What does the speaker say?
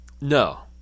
No